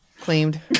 Claimed